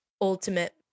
ultimate